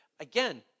Again